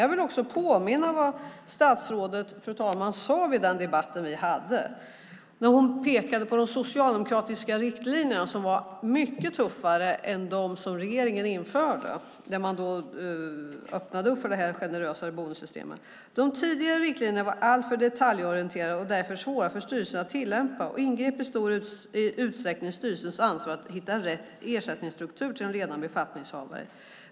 Jag vill också påminna om vad statsrådet sade i den debatt vi hade när hon pekade på de socialdemokratiska riktlinjerna, som var mycket tuffare än dem som regeringen införde när man då öppnade för det generösare bonussystemet: "De tidigare riktlinjerna var alltför detaljorienterade och var därför svåra för styrelserna att tillämpa och ingrep i stor utsträckning i styrelsens ansvar att hitta rätt ersättningsstruktur till de ledande befattningshavarna.